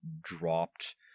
dropped